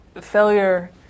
failure